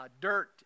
dirt